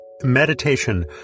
meditation